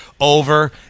over